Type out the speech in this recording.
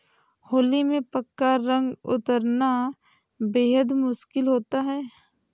होली में पक्का रंग उतरना बेहद मुश्किल होता है